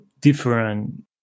different